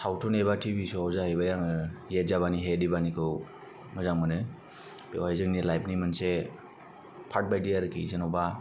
सावथुन एबा टिभि स'वाव जायैबाय आङो ये जाबानि हे दिबानिखौ मोजां मोनो बेवहाय जोंनि लाइपनि मोनसे पार्ट बायदि आरोखि जेन'बा